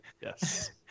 yes